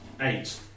eight